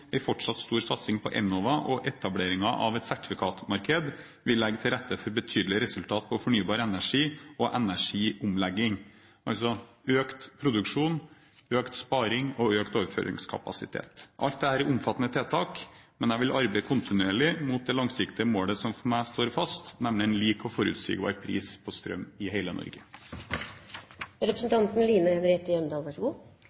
er ikke det eneste tiltaket som nå må gjennomføres. Statnett planlegger investeringer samlet i regionen for 9 mrd. kr de neste ti årene, samtidig som en fortsatt stor satsing på Enova og etableringen av et sertifikatmarked vil legge til rette for betydelige resultater på fornybar energi og energiomlegging, altså økt produksjon, økt sparing og økt overføringskapasitet. Alt dette er omfattende tiltak, men jeg vil arbeide kontinuerlig mot det langsiktige målet som for meg står fast,